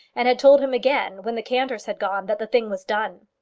and had told him again, when the cantors had gone, that the thing was done.